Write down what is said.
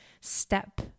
step